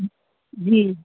જી